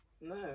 No